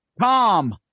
tom